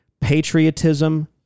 patriotism